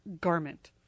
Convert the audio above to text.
garment